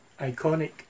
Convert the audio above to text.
iconic